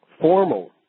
formal